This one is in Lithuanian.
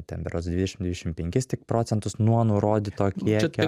ten berods dvidešimt dvidešimt penkis tik procentus nuo nurodyto kiekio